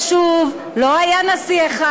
שוב, לא היה נשיא אחד.